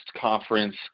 conference